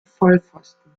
vollpfosten